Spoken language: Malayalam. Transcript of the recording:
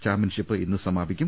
ചാമ്പ്യൻഷിപ്പ് ഇന്ന് സമാപിക്കും